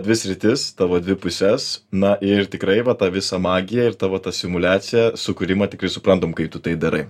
dvi sritis tavo dvi puses na ir tikrai va tą visą magiją ir tavo ta simuliaciją sukūrimą tikrai suprantam kaip tu tai darai